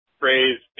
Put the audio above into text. phrase